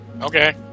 Okay